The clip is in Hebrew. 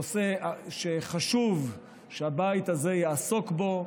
נושא שחשוב שהבית הזה יעסוק בו.